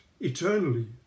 eternally